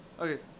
Okay